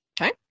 Okay